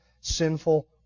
sinful